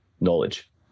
knowledge